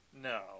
No